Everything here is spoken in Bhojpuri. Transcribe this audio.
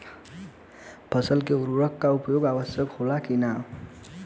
फसल में उर्वरक के उपयोग आवश्यक होला कि न?